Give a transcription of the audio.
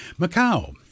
Macau